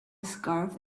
scarf